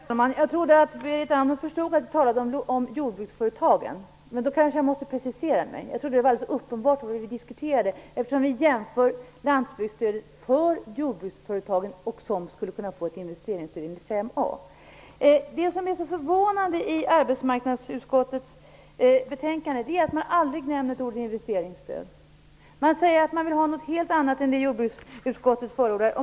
Herr talman! Jag trodde att Berit Andnor förstod att vi talade om jordbruksföretagen, men jag måste kanske precisera mig. Jag trodde alltså att det var alldeles uppenbart vad vi diskuterade. Vi jämför ju landsbygdsstödet för jordbruksföretag som skulle kunna få investeringsstöd inom mål 5a. Det som är så förvånande i arbetsmarknadsutskottets betänkande nr 16 är att man aldrig nämner ordet investeringsstöd. Det sägs att man vill ha något helt annat än det som jordbruksutskottet förordar.